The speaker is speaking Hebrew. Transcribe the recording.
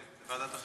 כן, לוועדת החינוך.